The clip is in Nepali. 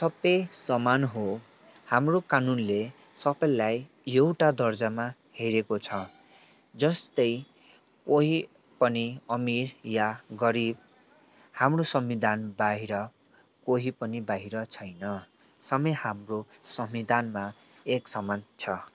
सबै समान हो हाम्रो कानुनले सबैलाई एउटा दर्जामा हेरेको छ जस्तै कोही पनि अमीर या गरिब हाम्रो संविधान बाहिर कोही पनि बाहिर छैन सबै हाम्रो संविधानमा एक समान छ